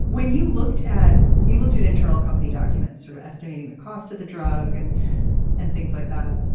when you looked at you looked at internal company documents sort of estimating the cost of the drug and and things like that.